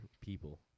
people